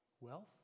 Wealth